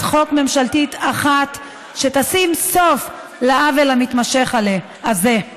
חוק ממשלתית אחת שתשים סוף לעוול המתמשך הזה.